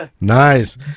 Nice